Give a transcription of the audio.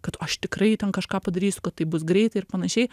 kad aš tikrai ten kažką padarysiu kad tai bus greitai ir panašiai